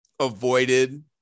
avoided